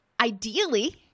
Ideally